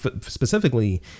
specifically